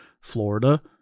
Florida